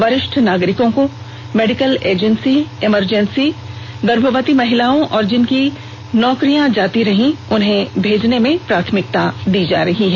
वरिष्ठ नागरिकों medical emergency गर्भवती महिलाओं और जिनकी नौकरियां जाती रही उन्हें भेजने में प्राथमिकता दी जा रही है